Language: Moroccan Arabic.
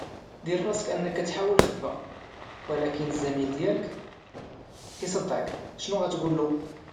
دير راسك انك كتحاول الخدمة ولكن الزميل ديالك كيصدعك شنو غتقولو؟